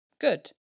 Good